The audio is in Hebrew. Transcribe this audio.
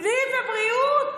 פנים ובריאות,